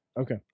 Okay